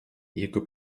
jego